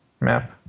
map